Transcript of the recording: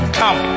come